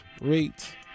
rate